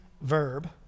verb